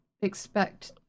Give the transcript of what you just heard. expect